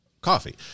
coffee